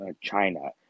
China